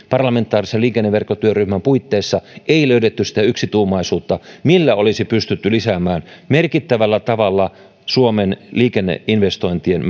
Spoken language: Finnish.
parlamentaarisen liikenneverkkotyöryhmän puitteissa ei löydetty sitä yksituumaisuutta millä olisi pystytty lisäämään merkittävällä tavalla suomen liikenneinvestointien